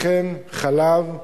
לחם, חלב,